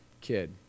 kid